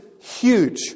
huge